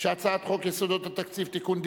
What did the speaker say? הצעת חוק יסודות התקציב (תיקון,